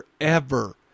forever